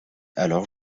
alors